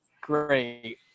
great